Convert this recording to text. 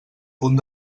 punt